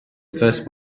first